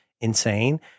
insane